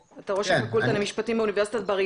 רעיונות של חילוץ ירוק נעשים מאוד מרכזיים בין